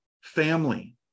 Family